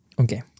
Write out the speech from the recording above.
okay